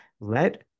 let